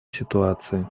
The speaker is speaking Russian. ситуации